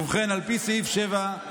ובכן, על פי סעיף 7,